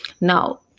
Now